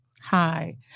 Hi